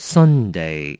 Sunday